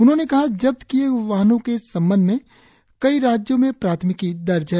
उन्होंने कहा जब्त किये गए वाहनों के संबंध में कई राज्यों में प्राथमिकी दर्ज है